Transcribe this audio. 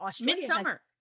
Midsummer